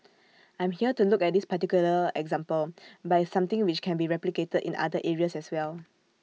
I'm here to look at this particular example but it's something which can be replicated in other areas as well